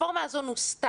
הפלטפורמה הזו נוסתה.